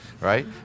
Right